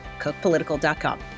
cookpolitical.com